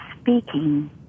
speaking